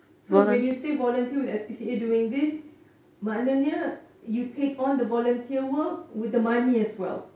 so when you say volunteer with S_P_C_A doing this maknanya you take on the volunteer work with the money as well